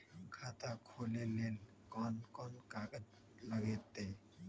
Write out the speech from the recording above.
खाता खोले ले कौन कौन कागज लगतै?